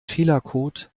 fehlercode